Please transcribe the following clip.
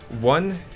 One